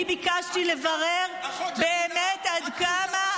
אני ביקשתי לברר באמת עד כמה,